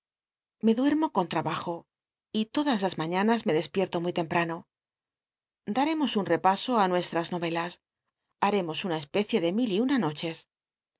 me duermo co n abajo y todas las mañanas me despierto muy temprano daremos un repaso á nuesllas noyelas h t cmos una especie de mil y una nochu